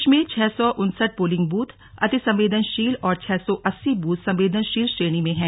प्रदेश में छह सौ उनसठ पोलिंग बूथ अतिसंवेदनशील और छह सौ अस्सी बूथ संवेदनशील श्रेणी में हैं